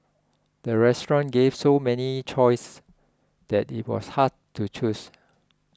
the restaurant gave so many choices that it was hard to choose